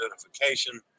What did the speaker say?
Identification